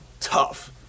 tough